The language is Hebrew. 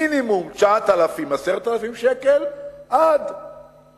מינימום 9,000 10,000 שקל עד